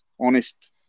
honest